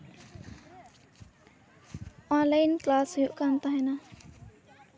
online class ᱦᱩᱭᱩᱜ ᱠᱟᱱ ᱛᱟᱦᱮᱱᱟ